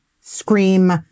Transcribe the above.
scream